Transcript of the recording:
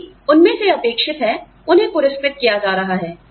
जो भी उनमें से अपेक्षित है उन्हें पुरस्कृत किया जा रहा है